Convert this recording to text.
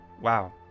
wow